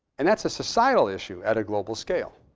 and that's a societal issue at a global scale.